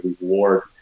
reward